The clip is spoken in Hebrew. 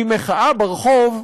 כי מחאה ברחוב,